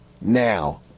now